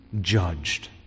judged